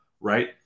right